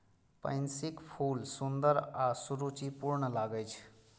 पैंसीक फूल सुंदर आ सुरुचिपूर्ण लागै छै